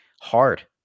hard